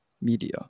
media